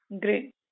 Great